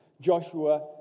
Joshua